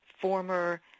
former